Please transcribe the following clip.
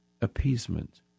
appeasement